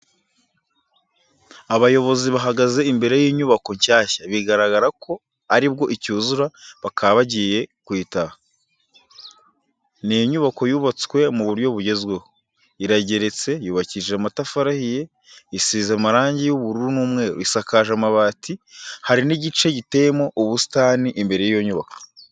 Abayobozi bahagaze imbere y'inyubako nshyashya, bigaragara ko aribwo icyuzura bakaba bagiye kuyitaha. Ni inyubako yubatswe mu buryo bugezweho, irageretse, yubakishije amatafari ahiye, isize amarangi y'ubururu n'umweru, isakaje amabati, hari n'igice giteyemo ubusitani imbere y'iyo nyubako.